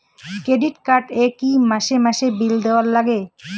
Credit card এ কি মাসে মাসে বিল দেওয়ার লাগে?